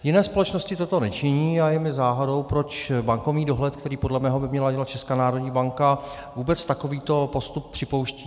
Jiné společnosti toto nečiní a je mi záhadou, proč bankovní dohled, který podle mého by měla dělat Česká národní banka, vůbec takovýto postup připouští.